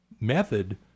method